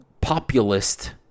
populist